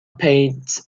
paints